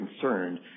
concerned